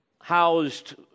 housed